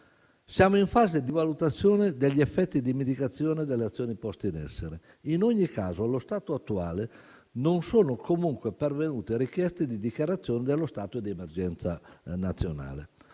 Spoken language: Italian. Siamo in fase di valutazione degli effetti di "medicazione" delle azioni poste in essere. In ogni caso, allo stato attuale non sono comunque pervenute richieste di dichiarazione dello stato di emergenza nazionale.